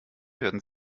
werden